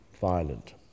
violent